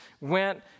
went